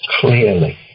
clearly